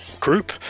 group